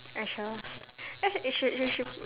are you sure they should they should put